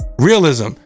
Realism